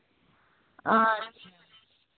ᱟᱪᱪᱷᱟ